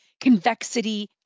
convexity